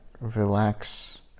Relax